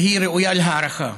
והיא ראויה להערכה.